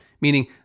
meaning